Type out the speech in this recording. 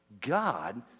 God